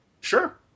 sure